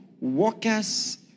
workers